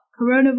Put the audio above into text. Coronavirus